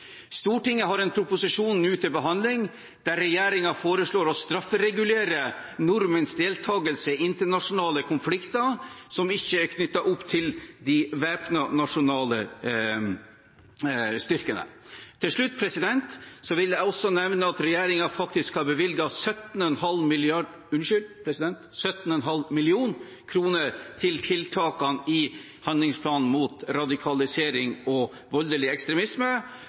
Stortinget har nå en proposisjon til behandling der regjeringen foreslår å strafferegulere nordmenns deltagelse i internasjonale konflikter som ikke er knyttet opp til de væpnede nasjonale styrkene. Til slutt vil jeg også nevne at regjeringen faktisk har bevilget 17,5 mill. kr til tiltakene i handlingsplanen mot radikalisering og voldelig ekstremisme,